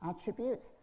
attributes